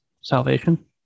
salvation